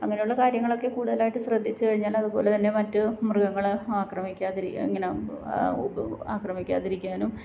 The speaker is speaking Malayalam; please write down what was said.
അങ്ങനെയുള്ള കാര്യങ്ങളൊക്കെ കൂടുതലായിട്ട് ശ്രദ്ധിച്ച് കഴിഞ്ഞാൽ അതുപോലെ തന്നെ മറ്റ് മൃഗങ്ങൾ ആക്രമിക്കാതിരിക്കാൻ ഇങ്ങനെ ഉപ് ആക്രമിക്കാതിരിക്കാനും